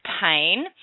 pain